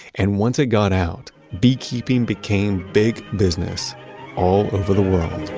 and once it got out, beekeeping became big business all over the world